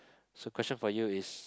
so question for you is